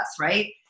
Right